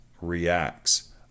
reacts